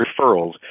referrals